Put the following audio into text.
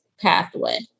pathway